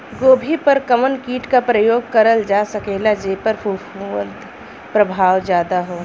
गोभी पर कवन कीट क प्रयोग करल जा सकेला जेपर फूंफद प्रभाव ज्यादा हो?